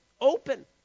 open